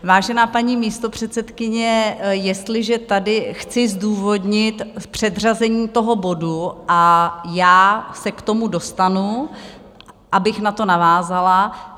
Vážená paní místopředsedkyně, jestliže tady chci zdůvodnit předřazení toho bodu, a já se k tomu dostanu, abych na to navázala.